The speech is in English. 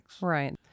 right